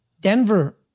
Denver